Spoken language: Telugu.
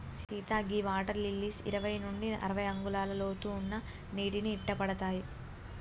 సీత గీ వాటర్ లిల్లీస్ ఇరవై నాలుగు నుండి అరవై అంగుళాల లోతు ఉన్న నీటిని ఇట్టపడతాయి